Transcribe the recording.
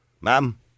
Ma'am